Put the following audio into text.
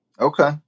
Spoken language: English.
Okay